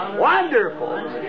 Wonderful